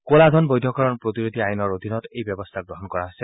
কলা ধন বৈধকৰণ প্ৰতিৰোধী আইনৰ অধীনত এই ব্যৱস্থা গ্ৰহণ কৰা হৈছে